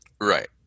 Right